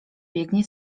biegnie